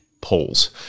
polls